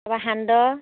তাৰপৰা সান্দহ